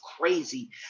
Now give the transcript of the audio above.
crazy